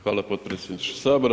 Hvala potpredsjedniče Sabora.